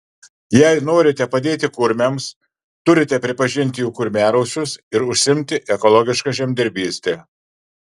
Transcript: jei norite padėti kurmiams turite pripažinti jų kurmiarausius ir užsiimti ekologiška žemdirbyste